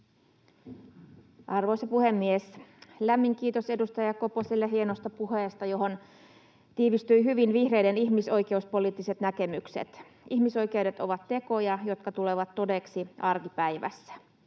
Arvoisa puhemies! Lämmin kiitos edustaja Koposelle hienosta puheesta, johon tiivistyivät hyvin vihreiden ihmisoikeuspoliittiset näkemykset. — Ihmisoikeudet ovat tekoja, jotka tulevat todeksi arkipäivässä.